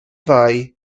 fai